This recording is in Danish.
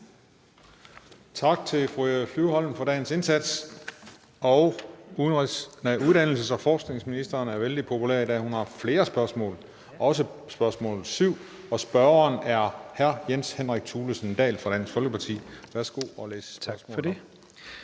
Tak til fru Eva Flyvholm for dagens indsats. Uddannelses- og forskningsministeren er vældig populær i dag, hun har flere spørgsmål, også spørgsmål 7, og spørgeren er hr. Jens Henrik Thulesen Dahl fra Dansk Folkeparti. Kl. 15:53 Spm.